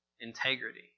integrity